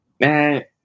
Man